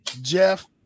Jeff